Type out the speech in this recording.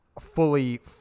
fully